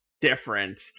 different